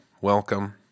welcome